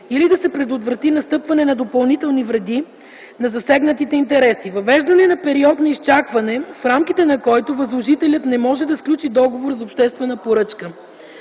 или да се предотврати настъпване на допълнителни вреди на засегнатите интереси; въвеждане на период на изчакване, в рамките на който възложителят не може да сключи договор за обществена поръчка.